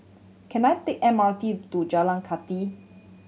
can I take M R T to Jalan Kathi